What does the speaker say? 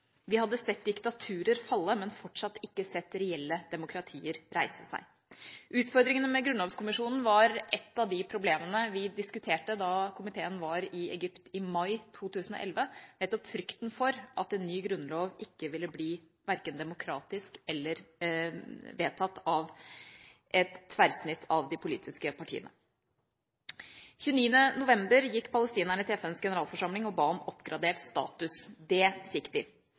Vi hadde sett diktaturer falle, men fortsatt ikke sett reelle demokratier reise seg. Utfordringene med grunnlovskommisjonen var et av de problemene vi diskuterte da komiteen var i Egypt i mai 2011 – nettopp frykten for at en ny grunnlov ville bli verken demokratisk eller vedtatt av et tverrsnitt av de politiske partiene. Den 29. november gikk palestinerne til FNs generalforsamling og ba om oppgradert status. Det